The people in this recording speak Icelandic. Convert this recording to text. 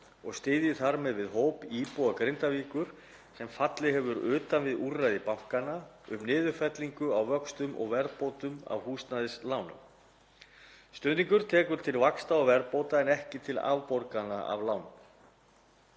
og styðji þar með við hóp íbúa Grindavíkur sem fallið hefur utan við úrræði bankanna um niðurfellingu á vöxtum og verðbótum af húsnæðislánum. Stuðningurinn tekur til vaxta og verðbóta en ekki til afborgana af lánum.